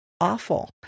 awful